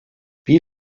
wie